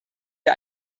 wir